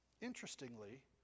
interestingly